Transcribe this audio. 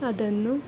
ಅದನ್ನು